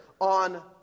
on